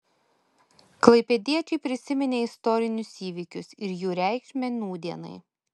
klaipėdiečiai prisiminė istorinius įvykius ir jų reikšmę nūdienai